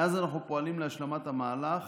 מאז אנו פועלים להשלמת המהלך